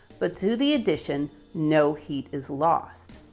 but to the addition, no heat is lost.